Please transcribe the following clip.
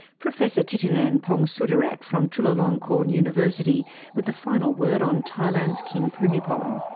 professor thitinan pongsudhirak from chulalongkorn university with the final word on thailand's king bhumibol. um